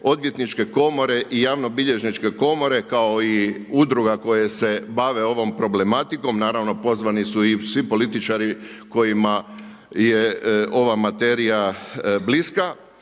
Odvjetničke komore i Javnobilježničke komore kao i udruga koje se bave ovom problematikom. Naravno pozvani su i svi političari kojima je ova materija bliska